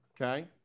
okay